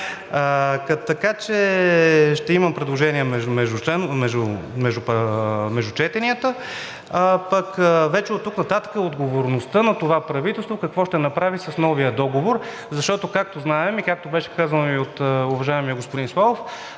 Така че ще имам предложение между четенията, а вече оттук нататък отговорността е на това правителство какво ще направи с новия договор, защото, както знаем и както беше казано и от уважаемия господин Славов,